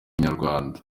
inyarwanda